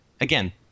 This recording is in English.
Again